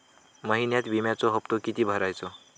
महिन्यात विम्याचो हप्तो किती भरायचो?